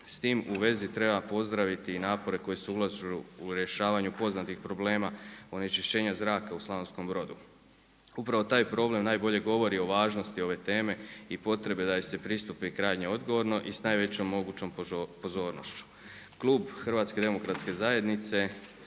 S tim u vezi pozdraviti i napore koji se ulažu u rješavanju poznatih problema onečišćenja zraka u Slavonskom Brodu. Upravo taj problem najbolje govori o važnosti ove teme i potrebe da joj se pristupi krajnje odgovorno i s najvećom mogućom pozornošću. Klub HDZ-a podržava Konačni